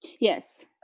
Yes